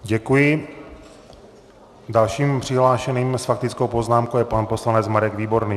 Děkuji, dalším přihlášeným s faktickou poznámkou je pan poslanec Marek Výborný.